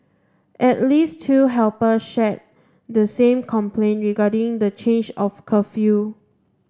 at least two helper shared the same complaint regarding the change of curfew